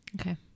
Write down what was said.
Okay